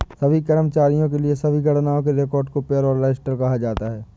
सभी कर्मचारियों के लिए सभी गणनाओं के रिकॉर्ड को पेरोल रजिस्टर कहा जाता है